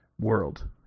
world